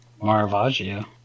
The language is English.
Maravaggio